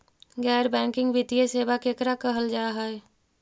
गैर बैंकिंग वित्तीय सेबा केकरा कहल जा है?